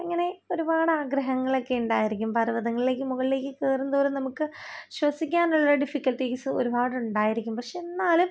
അങ്ങനെ ഒരുപാട് ആഗ്രഹങ്ങളൊക്കെയുണ്ടായിരിക്കും പർവ്വതങ്ങളിലേക്ക് മുകളിലേക്കു കയറുന്തോറും നമുക്ക് ശ്വസിക്കാനുള്ള ഡിഫിക്കൾറ്റീസ് ഒരുപാടുണ്ടായിരിക്കും പക്ഷേ എന്നാലും